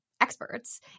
experts